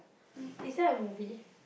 is that a movie